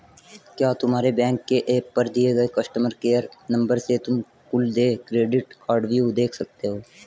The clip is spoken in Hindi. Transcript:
क्या तुम्हारे बैंक के एप पर दिए गए कस्टमर केयर नंबर से तुम कुल देय क्रेडिट कार्डव्यू देख सकते हो?